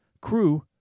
Crew